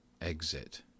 Exit